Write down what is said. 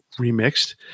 remixed